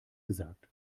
gesagt